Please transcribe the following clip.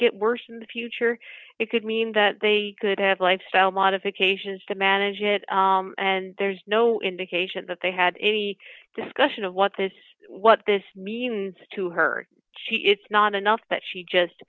get worse in the future it could mean that they could have lifestyle modifications to manage it and there's no indication that they had any discussion of what this what this means to her she it's not enough that she just